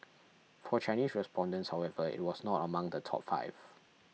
for Chinese respondents however it was not among the top five